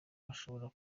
ashobora